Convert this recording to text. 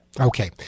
Okay